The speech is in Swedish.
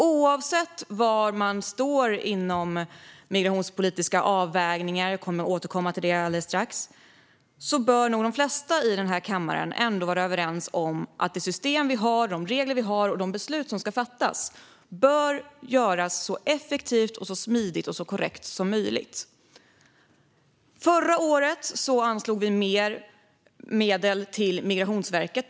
Oavsett var man står inom migrationspolitiska avvägningar - jag kommer att återkomma till det alldeles strax - bör de flesta i denna kammare vara överens om att det system vi har, med de regler vi har och de beslut som ska fattas, bör göras så effektivt, smidigt och korrekt som möjligt. Förra året anslog vi mer medel till Migrationsverket.